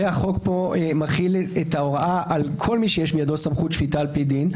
והחוק פה מחיל את ההוראה על כל מי שיש בידו סמכות שפיטה על פי דין,